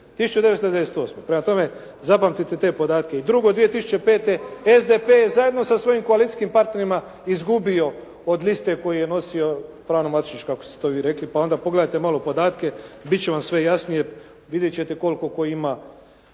1998. Prema tome zapamtite te podatke. I drugo, 2005. SDP je zajedno sa svojim koalicijskim partnerima izgubio od liste koju je nosio Frano Matušić kako ste vi to rekli pa onda pogledajte malo podatke. Biti će vam sve jasnije, vidjeti ćete koliko tko ima